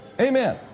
Amen